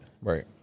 Right